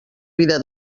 vida